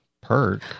perk